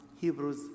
Hebrews